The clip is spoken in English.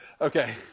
Okay